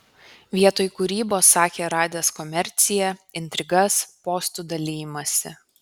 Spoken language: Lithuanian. vietoj kūrybos sakė radęs komerciją intrigas postų dalijimąsi